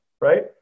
Right